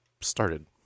started